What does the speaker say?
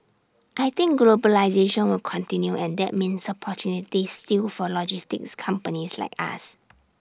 I think globalisation will continue and that means opportunities still for logistics companies like us